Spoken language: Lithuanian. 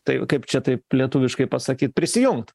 tai kaip čia taip lietuviškai pasakyt prisijungt